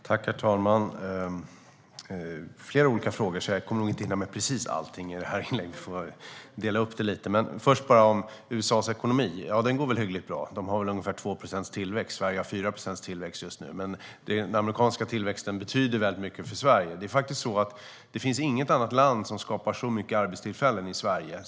Herr talman! Det var flera olika frågor, så jag kommer nog inte att hinna svara på precis alla i detta inlägg. Vi får dela upp det lite. När det gäller USA:s ekonomi går den väl hyggligt bra - landet har ungefär 2 procents tillväxt. Sverige har 4 procents tillväxt just nu. Den amerikanska tillväxten betyder dock väldigt mycket för Sverige; det finns faktiskt inget annat land som genom handel skapar så mycket arbetstillfällen i Sverige.